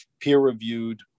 peer-reviewed